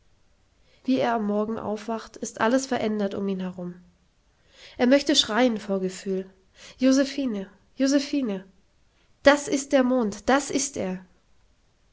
wie er am morgen aufwacht ist alles verändert nm ihn herum er möchte schreien vor gefühl josephine josephine das ist der mond das ist er